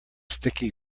sticky